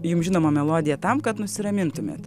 jums žinomą melodiją tam kad nusiramintumėt